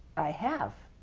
i have!